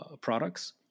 products